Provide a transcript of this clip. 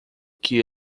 que